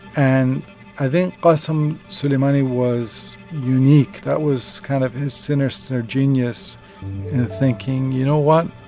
and i think qassem soleimani was unique. that was kind of his sinister genius in thinking, you know what?